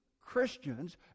Christians